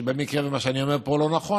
ובמקרה שמה שאני אומר פה לא נכון,